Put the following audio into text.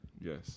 Yes